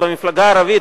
שבמפלגה ערבית,